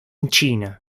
china